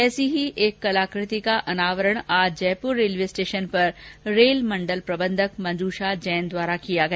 ऐसी ही एक कलाकृति का अनावरण आज जयपुर रेलवे स्टेशन पर रेल मंडल प्रबंधक मंजूषा जैन द्वारा किया गया